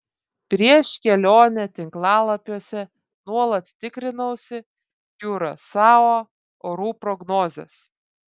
prieš kelionę tinklalapiuose nuolat tikrinausi kiurasao orų prognozes